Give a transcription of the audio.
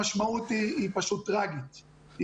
המשמעות היא פשוט טרגית.